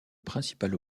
principal